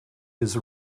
his